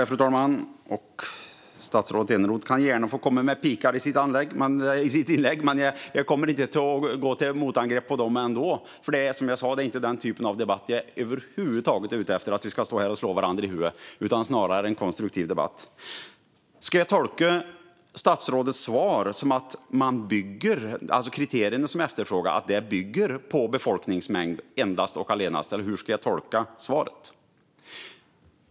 Fru talman! Statsrådet Eneroth får gärna komma med pikar i sitt inlägg, men jag kommer inte att gå till motangrepp mot dem. Som jag sa är det nämligen inte den typen av debatt jag är ute efter, det vill säga att vi ska stå här och slå varandra i huvudet. Jag vill snarare ha en konstruktiv debatt. Ska jag tolka statsrådets svar som att kriterierna bygger endast och allena på befolkningsmängd, eller hur ska jag tolka svaret?